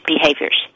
behaviors